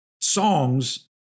songs